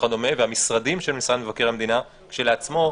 והמשרדים של משרד מבקר המדינה כשלעצמו,